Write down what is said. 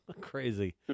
crazy